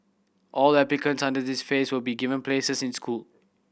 all applicants under this phase will be given places in school